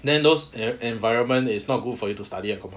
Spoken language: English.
then those environment is not good for you to study lah confirm